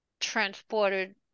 transported